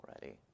already